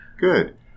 Good